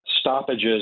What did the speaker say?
stoppages